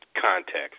context